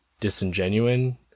disingenuine